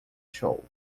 show